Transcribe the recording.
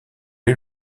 est